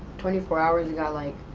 twenty four hours, we got like